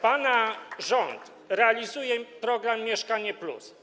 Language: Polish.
Pana rząd realizuje program „Mieszkanie+”